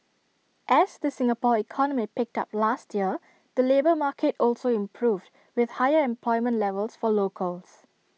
as the Singapore economy picked up last year the labour market also improved with higher employment levels for locals